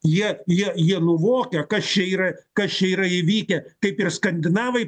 jie jie jie nuvokia kas čia yra kas čia yra įvykę kaip ir skandinavai